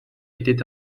étaient